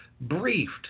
briefed